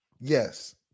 Yes